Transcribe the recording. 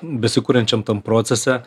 besikuriančiam tam procese